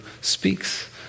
speaks